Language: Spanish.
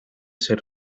ser